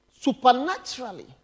supernaturally